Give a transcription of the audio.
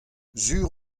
sur